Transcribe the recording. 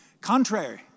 Contrary